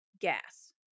gas